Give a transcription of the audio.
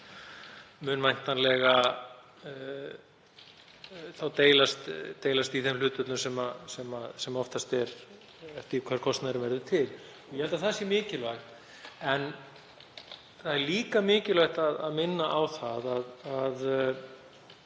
mun væntanlega deilast í þeim hlutföllum sem oftast er, eftir því hvar kostnaðurinn verður til. Ég held að það sé mikilvægt en það er líka mikilvægt að minna á að við